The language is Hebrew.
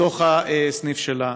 בתוך הסניף שלה,